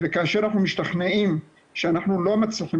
וכאשר אנחנו משתכנעים שאנחנו לא מצליחים